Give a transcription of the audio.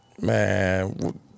Man